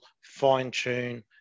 fine-tune